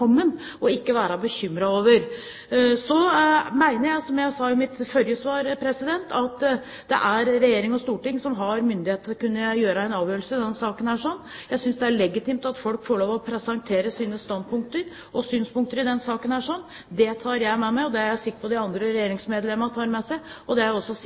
og ikke være bekymret over. Så mener jeg, som jeg sa i mitt forrige svar, at det er regjering og storting som har myndighet til å kunne ta en avgjørelse i denne saken. Jeg synes det er legitimt at folk får lov til å presentere sine standpunkter og synspunkter i denne saken. Det tar jeg med meg, det er jeg sikker på at de andre regjeringsmedlemmene tar med seg, og det er jeg også